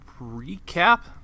recap